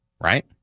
right